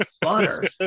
butter